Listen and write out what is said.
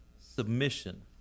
submission